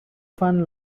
fund